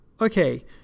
Okay